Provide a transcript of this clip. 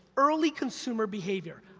early consumer behavior,